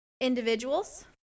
individuals